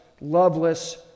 loveless